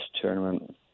tournament